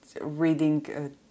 reading